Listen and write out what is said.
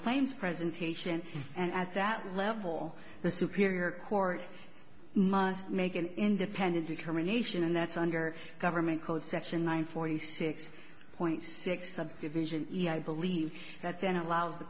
claims presentation and at that level the superior court must make an independent determination and that under government code section one forty six point six subdivision e i believe that then allows the